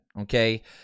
Okay